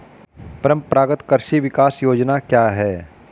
परंपरागत कृषि विकास योजना क्या है?